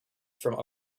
from